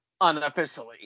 unofficially